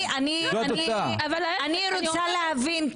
אני רוצה להבין.